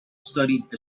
studied